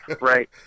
right